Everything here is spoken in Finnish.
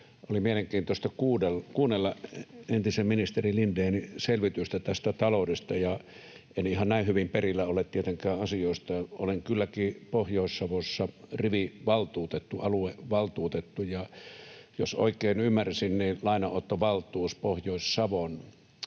Oli mielenkiintoista kuunnella entisen ministeri Lindénin selvitystä tästä taloudesta. En ihan näin hyvin perillä ole tietenkään asioista — olen kylläkin Pohjois-Savossa rivivaltuutettu, aluevaltuutettu — ja jos oikein ymmärsin, niin lainanottovaltuus Pohjois-Savon